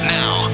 now